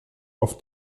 auf